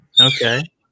Okay